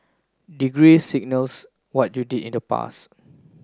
degree signals what you did in the past